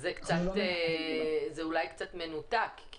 זה אולי קצת מנותק,